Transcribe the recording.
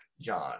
John